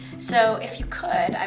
so if you could,